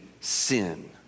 sin